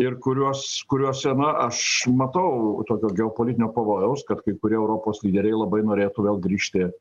ir kuriuos kuriuose na aš matau tokio geopolitinio pavojaus kad kai kurie europos lyderiai labai norėtų vėl grįžti